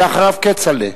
ואחריו, כצל'ה,